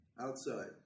outside